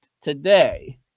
today